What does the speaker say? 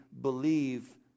believe